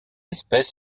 espèce